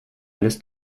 alles